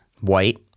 White